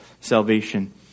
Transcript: salvation